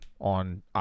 on